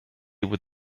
with